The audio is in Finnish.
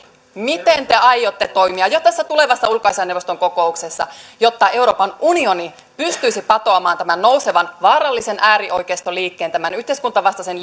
miten te aiotte toimia jo tässä tulevassa ulkoasiainneuvoston kokouksessa jotta euroopan unioni pystyisi patoamaan tämän nousevan vaarallisen äärioikeistoliikkeen tämän yhteiskuntavastaisen